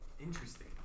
interesting